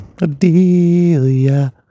Adelia